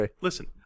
listen